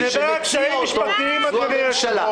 מי שמציע אותו זו הממשלה.